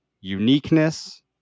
uniqueness